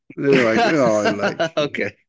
Okay